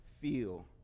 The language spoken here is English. feel